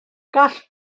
gall